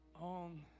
on